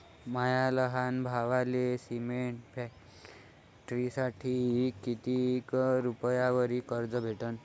माया लहान भावाले सिमेंट फॅक्टरीसाठी कितीक रुपयावरी कर्ज भेटनं?